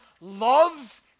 loves